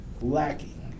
lacking